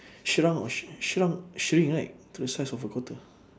shrunk sh~ shrunk shrink right to the size of a quarter